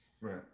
Right